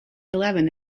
eleven